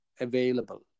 available